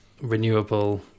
renewable